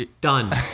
Done